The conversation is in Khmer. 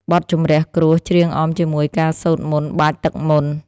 បទជម្រះគ្រោះ ច្រៀងអមជាមួយការសូត្រមន្តបាចទឹកមន្ត។